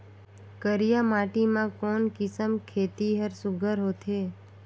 करिया माटी मा कोन किसम खेती हर सुघ्घर होथे?